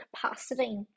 capacity